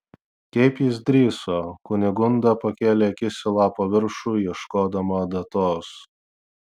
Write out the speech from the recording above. kaip jis drįso kunigunda pakėlė akis į lapo viršų ieškodama datos